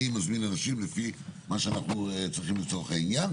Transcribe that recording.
אני מזמין אנשים לפי מה שאנחנו צריכים לצורך העניין,